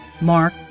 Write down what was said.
Mark